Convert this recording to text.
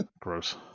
gross